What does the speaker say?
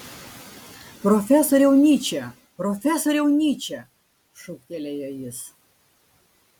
profesoriau nyče profesoriau nyče šūktelėjo jis